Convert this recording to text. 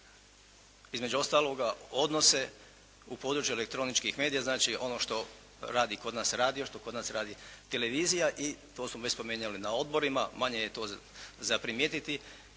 između ostaloga odnose u područje elektroničkih medija. Znači ono što kod nas radi radio, što kod nas radi televizija. I to smo već spomenuli na odborima, manje je to za primijetiti,